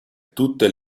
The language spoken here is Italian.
tutte